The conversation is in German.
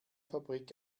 fabrik